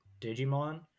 Digimon